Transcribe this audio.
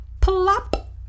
Plop